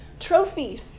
trophies